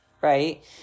Right